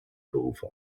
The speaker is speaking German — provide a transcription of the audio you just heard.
berufe